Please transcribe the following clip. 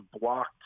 blocked